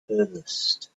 furthest